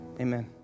Amen